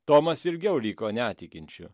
tomas ilgiau liko netikinčiu